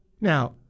Now